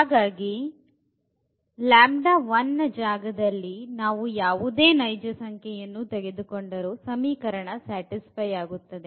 ಆದ್ದರಿಂದ ಜಾಗದಲ್ಲಿ ನಾವು ಯಾವುದೇ ನೈಜ ಸಂಖ್ಯೆಯನ್ನು ತೆಗೆದುಕೊಂಡರು ಸಮೀಕರಣ ಸ್ಯಾಟಿಸ್ಫೈ ಆಗುತ್ತದೆ